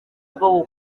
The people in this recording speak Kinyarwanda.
bwo